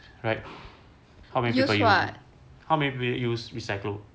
right how many people are how many people used recycled